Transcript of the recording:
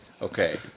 Okay